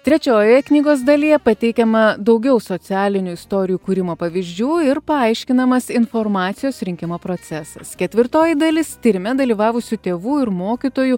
trečiojoje knygos dalyje pateikiama daugiau socialinių istorijų kūrimo pavyzdžių ir paaiškinamas informacijos rinkimo procesas ketvirtoji dalis tyrime dalyvavusių tėvų ir mokytojų